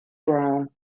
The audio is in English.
brown